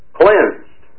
cleansed